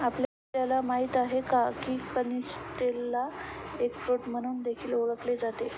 आपल्याला माहित आहे का? की कनिस्टेलला एग फ्रूट म्हणून देखील ओळखले जाते